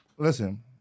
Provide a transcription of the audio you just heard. Listen